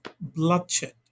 bloodshed